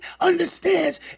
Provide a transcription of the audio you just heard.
understands